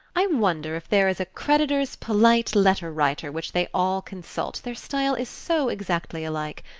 i wonder if there is a creditor's polite letter-writer which they all consult their style is so exactly alike.